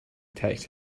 text